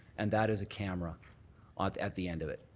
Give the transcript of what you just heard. and that is a camera ah at the end of it.